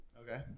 Okay